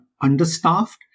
understaffed